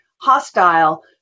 hostile